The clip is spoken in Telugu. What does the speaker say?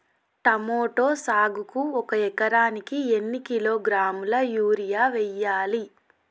టమోటా సాగుకు ఒక ఎకరానికి ఎన్ని కిలోగ్రాముల యూరియా వెయ్యాలి?